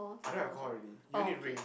I don't have alcohol already you need to bring